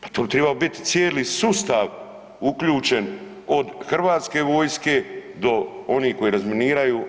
Pa to bi tribao biti cijeli sustav uključen od Hrvatske vojske do onih koji razminiraju.